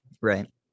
Right